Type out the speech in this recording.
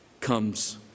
comes